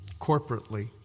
corporately